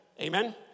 Amen